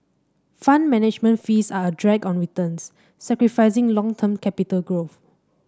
Fund Management fees are a drag on returns sacrificing long term capital growth